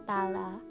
Tala